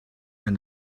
and